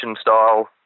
style